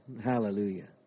Hallelujah